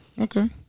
Okay